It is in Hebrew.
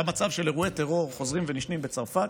היה מצב של אירועי טרור חוזרים ונשנים בצרפת,